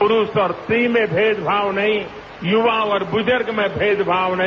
पुरूष और स्त्री में भेदभाव नहीं युवा और बुजुर्ग में भेदभाव नहीं